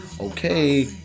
Okay